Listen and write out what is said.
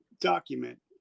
document